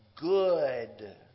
good